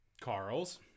Carl's